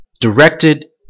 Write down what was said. directed